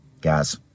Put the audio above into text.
guys